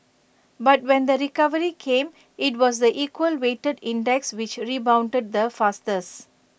but when the recovery came IT was the equal weighted index which rebounded the fastest